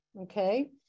okay